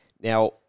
Now